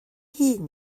hŷn